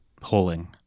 pulling